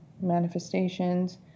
manifestations